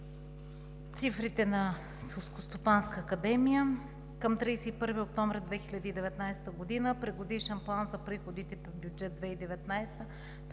цифрите на Селскостопанската академия към 31 октомври 2019 г. при годишен план за приходите по бюджет 2019